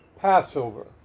Passover